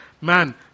Man